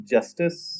Justice